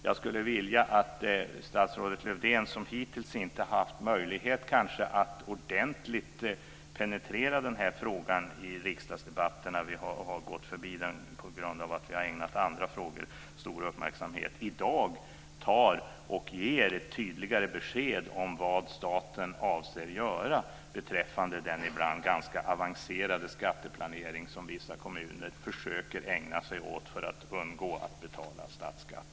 Jag skulle vilja att statsrådet Lövdén, som hittills kanske inte haft möjlighet att ordentligt penetrera den här frågan i riksdagsdebatten - vi har gått förbi den på grund av att vi har ägnat andra frågor stor uppmärksamhet - i dag ger tydligare besked om vad staten avser göra beträffande den ibland ganska avancerade skatteplanering som vissa kommuner försöker ägna sig åt för att undgå att betala statsskatt.